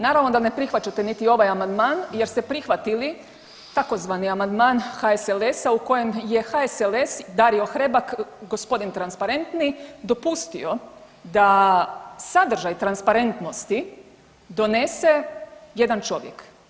Naravno da ne prihvaćate niti ovaj amandman jer ste prihvatili tzv. amandman HSLS-a u kojem je HSLS Dario Hrebak gospodin transparentniji dopustio da sadržaj transparentnosti donese jedan čovjek.